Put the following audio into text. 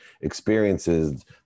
experiences